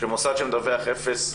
שמוסד שמדווח על אפס תלונות,